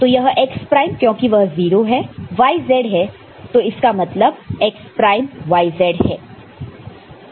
तो यह x prime क्योंकि वह 0 है और yz है तो इसका मतलब x प्राइम yz है